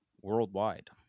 worldwide